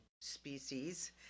species